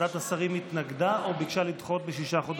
ועדת השרים התנגדה או ביקשה לדחות בשישה חודשים?